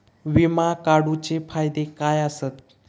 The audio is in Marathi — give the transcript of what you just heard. विमा काढूचे फायदे काय आसत?